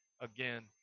again